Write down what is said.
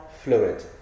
fluid